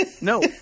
No